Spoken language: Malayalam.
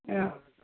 ആ